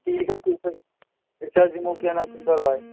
ٹھیٖک حظ ٹھیٖک حظ أسۍ حظ دِمو کیٚنٛہہ نہٕ حظ چھُنہٕ پرواے